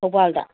ꯊꯧꯕꯥꯜꯗ